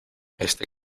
este